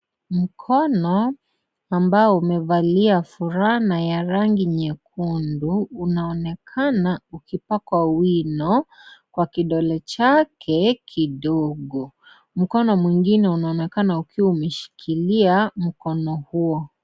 Mkono ambao umevalia fulana ya rangi nyekundu, unaonekana ukipakwa wino kwa kidole chake kidogo. Mkono mwingine unaonekana ukiwa umeshikilia mkono huo.